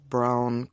Brown